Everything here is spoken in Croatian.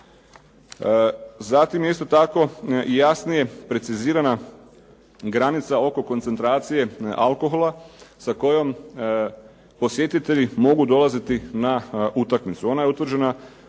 Zatim je isto tako jasnije precizirana granica oko koncentracije alkohola sa kojom posjetitelji mogu dolaziti na utakmicu. Ona je utvrđena